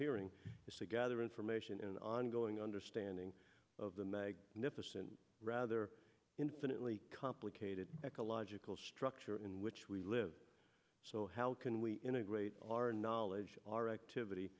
hearing is to gather information in an ongoing understanding of the magnificent rather infinitely complicated ecological structure in which we live so how can we integrate our knowledge our activity